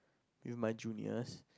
with my juniors